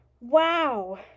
Wow